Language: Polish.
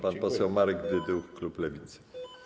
Pan poseł Marek Dyduch, klub Lewica.